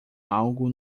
algo